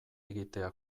egitea